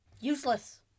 useless